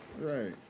Right